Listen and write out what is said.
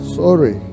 sorry